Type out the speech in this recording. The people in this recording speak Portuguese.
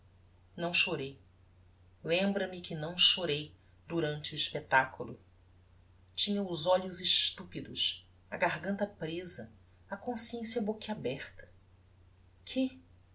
não chorei lembra-me que não chorei durante o expectaculo tinha os olhos estupidos a garganta presa a consciência boquiaberta que